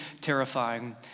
terrifying